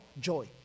joy